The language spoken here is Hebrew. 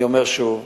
אני אומר שוב: